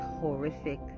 horrific